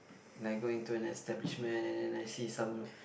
like going into an establishment and then I see some